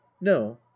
no